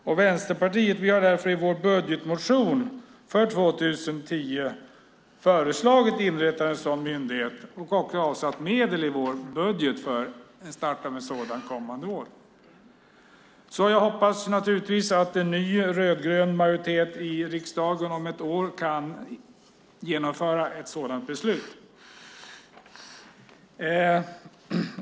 Vi i Vänsterpartiet har därför i vår budgetmotion för 2010 föreslagit att en sådan myndighet inrättas och också anslagit medel i vår budget för start av en sådan kommande år. Jag hoppas naturligtvis att en ny rödgrön majoritet i riksdagen om ett år kan genomföra ett sådant beslut.